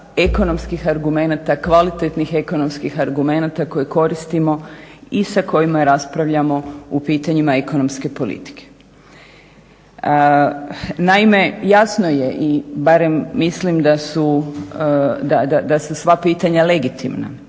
ekonomskih argumenata, kvalitetnih ekonomskih argumenata koje koristimo i sa kojima raspravljamo u pitanjima ekonomske politike. Naime, jasno je i barem mislim da su sva pitanja legitimna.